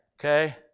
Okay